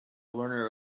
learner